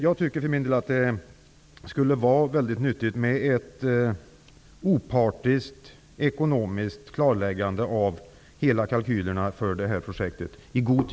Jag tycker att det skulle vara nyttigt att i god tid före byggstarten få ett opartiskt ekonomiskt klarläggande av alla kalkylerna för detta projekt.